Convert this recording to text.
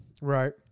Right